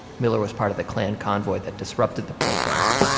miller was part of the klan convoy that disrupted the protest,